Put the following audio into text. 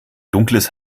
dunkles